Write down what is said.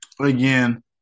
Again